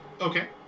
Okay